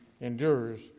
endures